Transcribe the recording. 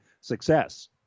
success